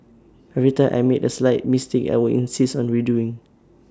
every time I made A slight mistake I would insist on redoing